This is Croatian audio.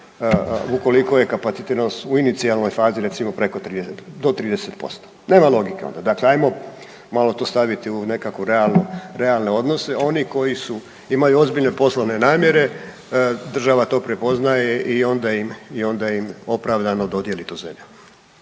ukoliko je kapacitiranost u inicijalnoj fazi recimo preko, do 30%, nema logike onda. Dakle, ajmo malo to staviti u nekakvu realnu, realne odnose. Oni koji su, imaju ozbiljne poslovne namjere, država to prepoznaje i onda im, onda im opravdano dojeli tu zemlju.